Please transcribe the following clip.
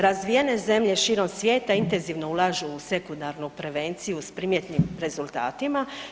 Razvijene zemlje širom svijeta intenzivno ulažu u sekundarnu prevenciju s primjetnim rezultatima.